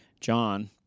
John